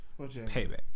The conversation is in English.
Payback